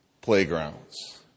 playgrounds